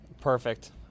Perfect